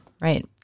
Right